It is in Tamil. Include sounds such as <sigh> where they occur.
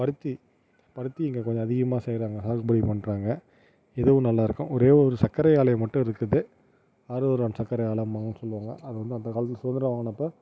பருத்தி பருத்தி இங்கே கொஞ்சம் அதிகமாக செய்கிறாங்க <unintelligible> பண்ணுறாங்க இதுவும் நல்லாயிருக்கும் ஒரே ஒரு சர்க்கரை ஆலை மட்டும் இருக்குது ஆருரான் சர்க்கரை ஆலம்பாங்க சொல்லுவாங்க அது வந்து அந்த காலத்து <unintelligible> ஆனப்போ